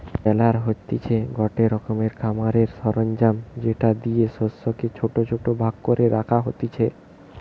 বেলার হতিছে গটে রকমের খামারের সরঞ্জাম যেটা দিয়ে শস্যকে ছোট ছোট ভাগ করে রাখা হতিছে